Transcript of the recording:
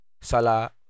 Salah